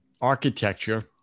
architecture